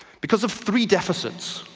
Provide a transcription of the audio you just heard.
because of three deficits.